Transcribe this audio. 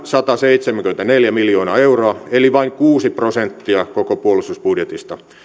sataseitsemänkymmentäneljä miljoonaa euroa eli vain kuusi prosenttia koko puolustusbudjetista